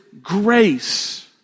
grace